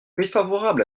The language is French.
défavorable